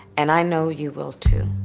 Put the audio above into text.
and i know you will too.